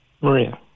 Maria